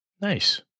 Nice